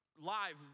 live